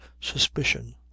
suspicion